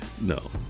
No